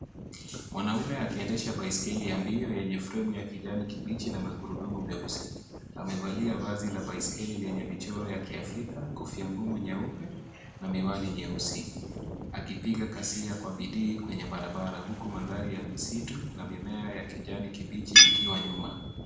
Mwanaume akiendesha baiskeli ya mbio yenye fremu ya kijani kibichi na magurudumu meusi amevalia vazi la baiskeli yenye michoro ya kiafrika ,kofia ngumu nyeupe na miwani nyeusi akipika kasia kwa bidii kwenye barabara uku mandhari ya msitu na mimea ya kijani kibichi ikiwa nyuma.